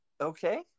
Okay